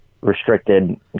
restricted